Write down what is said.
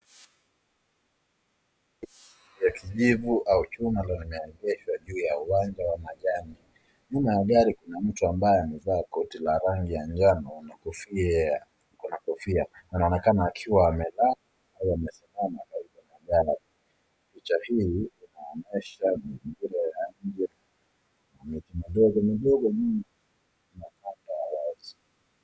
Ya kijivu au chuma imeeegeshwa juu ya uwanja wa majani. Nyuma ya gari kuna mtu ambaye amevaa koti la rangi ya njano na kofia, ako na kofia na anaonekana akiwa amelala au amesimama karibu na gari. Picha hii inaonyesha mazingira ya nje na miti midogo midogo mingi na upande wa wazi.